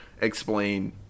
explain